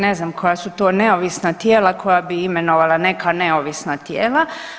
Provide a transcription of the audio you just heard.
Ne znam koja su to neovisna tijela koja bi imenovala neka neovisna tijela.